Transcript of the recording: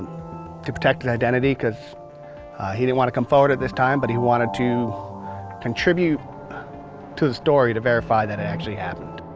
to protect his identity because he didn't want to come forward at this time but he wanted to contribute to the story to verify that it actually happened.